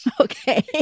Okay